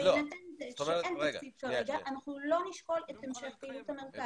בהינתן שאין תקציב כרגע אנחנו לא נשקול את המשך פעילות המרכז.